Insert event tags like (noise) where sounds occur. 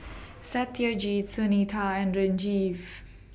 (noise) Satyajit Sunita and Sanjeev (noise)